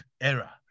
era